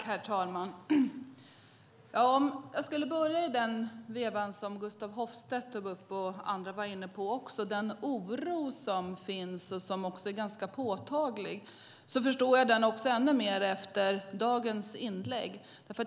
Herr talman! Jag kan börja med det Gustaf Hoffstedt tog upp och även andra var inne på. Det är den oro som finns och som är ganska påtaglig. Jag förstår den ännu mer efter dagens inlägg.